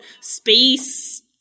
space